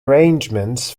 arrangements